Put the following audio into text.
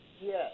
Yes